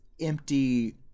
empty